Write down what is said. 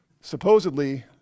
supposedly